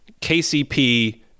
KCP